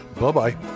Bye-bye